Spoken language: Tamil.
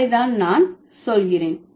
அதை தான் நான் சொல்கிறேன்